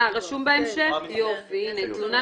אז איך